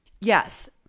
Yes